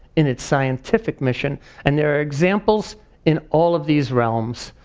in its scientific mission and there are examples in all of these realms,